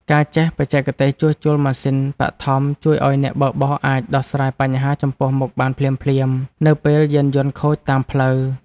ការចេះបច្ចេកទេសជួសជុលម៉ាស៊ីនបឋមជួយឱ្យអ្នកបើកបរអាចដោះស្រាយបញ្ហាចំពោះមុខបានភ្លាមៗនៅពេលយានយន្ដខូចតាមផ្លូវ។